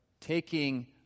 taking